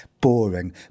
Boring